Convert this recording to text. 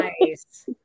Nice